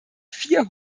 vier